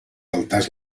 altars